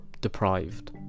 deprived